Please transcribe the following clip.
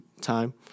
time